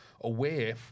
aware